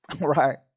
Right